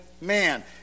man